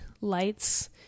lights